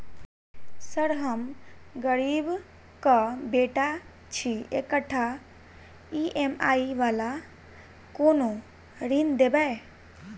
Sir हम गरीबक बेटा छी एकटा ई.एम.आई वला कोनो ऋण देबै?